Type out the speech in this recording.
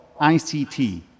ICT